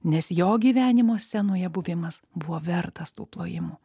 nes jo gyvenimo scenoje buvimas buvo vertas tų plojimų